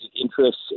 interests